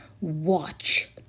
watch